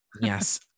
Yes